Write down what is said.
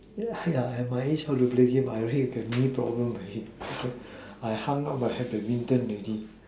ya ya at my age how to play game I already have knee problem already I hung out I have badminton already